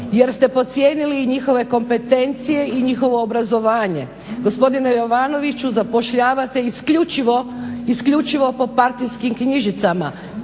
jer ste podcijenili njihove kompetencije i njihovo obrazovanje. Gospodine Jovanoviću zapošljavate isključivo po partijskim knjižicama